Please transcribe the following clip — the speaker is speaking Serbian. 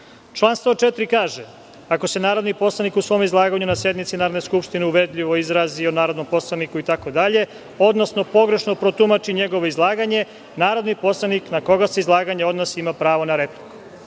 104. kaže – ako se narodni poslanik u svom izlaganju na sednici Narodne skupštine uvredljivo izrazi o narodnom poslaniku itd, odnosno pogrešno protumači njegovo izlaganje, narodni poslanik na koga se izlaganje odnosi ima prava na repliku.